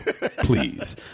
Please